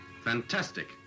Fantastic